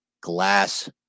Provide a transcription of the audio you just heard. glass